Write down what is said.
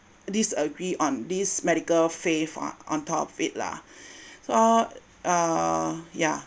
disagree on these medical faith ah on top of it lah so uh ya